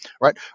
Right